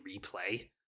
replay